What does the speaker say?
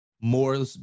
more